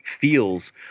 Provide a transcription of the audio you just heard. feels